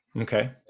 okay